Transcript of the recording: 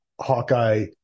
Hawkeye